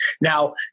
Now